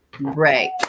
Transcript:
Right